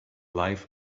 life